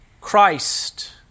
Christ